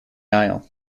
aisle